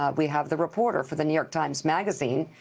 um we have the reporter for the new york times magazine,